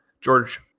George